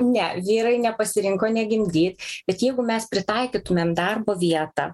ne vyrai nepasirinko negimdyt bet jeigu mes pritaikytumėm darbo vietą